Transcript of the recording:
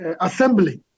assembly